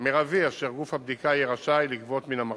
מרבי אשר גוף הבדיקה יהיה רשאי לגבות מן החזיק.